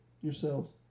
yourselves